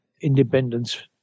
independence